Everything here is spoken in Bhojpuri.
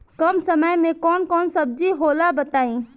कम समय में कौन कौन सब्जी होला बताई?